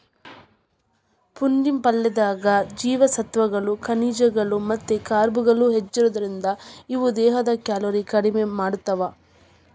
ಪುಂಡಿ ಪಲ್ಲೆದಾಗ ಜೇವಸತ್ವಗಳು, ಖನಿಜಗಳು ಮತ್ತ ಕಾರ್ಬ್ಗಳು ಹೆಚ್ಚಿರೋದ್ರಿಂದ, ಇವು ದೇಹದ ಕ್ಯಾಲೋರಿ ಕಡಿಮಿ ಮಾಡ್ತಾವ